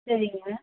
சரிங்க